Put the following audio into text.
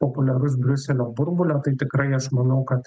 populiarus briuselio burbule tai tikrai aš manau kad